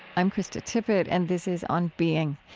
i'm krista tippett. and this is on being.